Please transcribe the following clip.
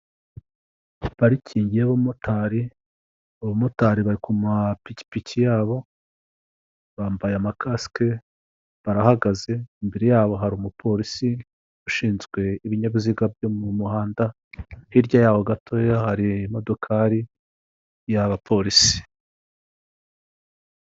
Parikingi y'abamotari, abamotari bari ku mapikipiki yabo, bambaye amakasike barahagaze imbere yabo hari umupolisi ushinzwe ibinyabiziga byo mu muhanda, hirya yaho gatoya hari imodokari y'abapolisi.